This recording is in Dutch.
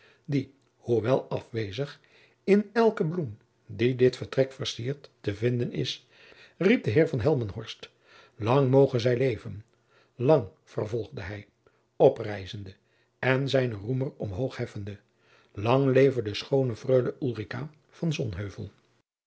die hoewel afwezig in elken bloem die dit vertrek jacob van lennep de pleegzoon verciert te vinden is riep de heer van helmenhorst lang moge zij leven lang vervolgde hij oprijzende en zijnen roemer omhoog heffende lang leve de schoone freule